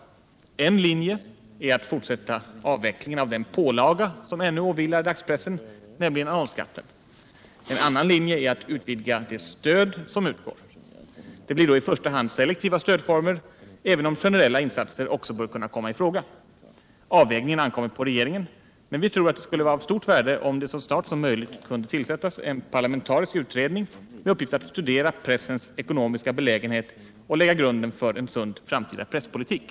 En linje är att fortsätta avvecklingen av den pålaga som ännu åvilar dagspressen, nämligen annonsskatten. En annan linje är att utvidga det stöd som utgår. Det blir då i första hand selektiva stödformer, även om generella insatser också bör kunna komma i fråga. Avvägningen ankommer på regeringen, men vi tror det skulle vara av stort värde om det så snart som möjligt kunde tillsättas en parlamentarisk utredning med uppgift att studera pressens ekonomiska belägenhet och lägga grunden för en sund framtida presspolitik.